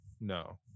no